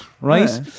right